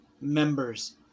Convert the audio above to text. members